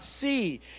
see